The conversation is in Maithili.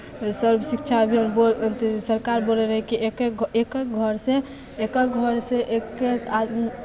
सर्व शिक्षा अभियान बो अथि सरकार बोलैत रहय कि एक एक घ् एक एक घरसँ एक एक घरसँ एक एक आदमी